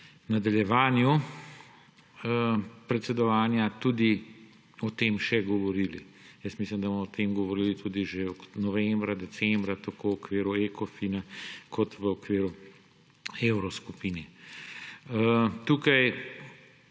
nadaljevanju predsedovanja bomo tudi o tem še govorili. Jaz mislim, da bomo o tem govorili že novembra, decembra tako v okviru ECOFIN-a kot v okviru evroskupine. Tukaj